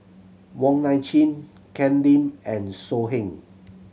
Wong Nai Chin Ken Lim and So Heng